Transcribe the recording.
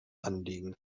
anliegen